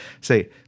say